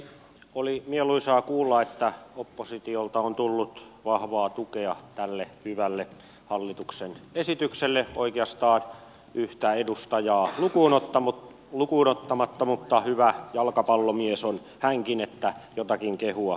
oli mieluisaa kuulla että oppositiolta on tullut vahvaa tukea tälle hyvälle hallituksen esitykselle oikeastaan yhtä edustajaa lukuun ottamatta mutta hyvä jalkapallomies on hänkin niin että jotakin kehua sinnekin suuntaan